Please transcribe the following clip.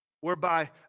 whereby